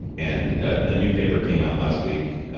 and a new paper came out last week,